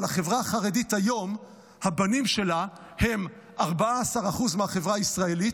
אבל הבנים של החברה החרדית כיום הם 14% מהחברה הישראלית,